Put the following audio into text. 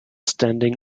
standing